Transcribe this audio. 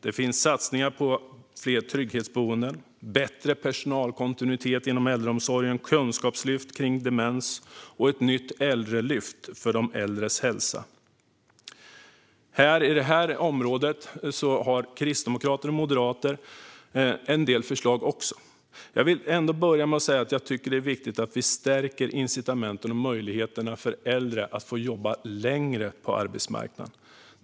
Det finns satsningar på fler trygghetsboenden, bättre personalkontinuitet inom äldreomsorgen, kunskapslyft kring demens och ett nytt äldrelyft för de äldres hälsa. På detta område har kristdemokrater och moderater också en del förslag. Jag vill ändå börja med att säga att jag tycker att det är viktigt att vi stärker incitamenten och möjligheterna för äldre att få vara kvar längre på arbetsmarknaden.